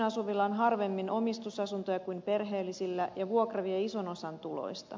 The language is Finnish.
yksinasuvilla on harvemmin omistusasuntoja kuin perheellisillä ja vuokra vie ison osan tuloista